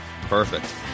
Perfect